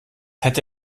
hätte